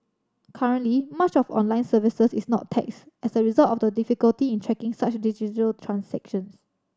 currently much of online services is not taxed as a result of the difficulty in tracking such digital transactions